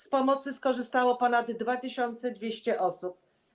Z ich pomocy skorzystało ponad 2200 osób.